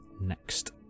next